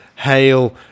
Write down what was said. hail